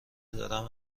دارم